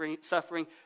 suffering